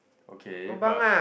okay but